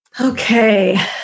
Okay